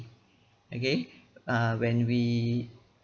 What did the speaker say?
okay uh when we